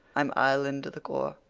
i'm island to the core.